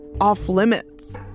off-limits